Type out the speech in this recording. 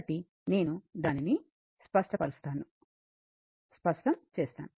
కాబట్టి నేను దానిని స్పష్టం చేస్తాను